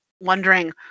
wondering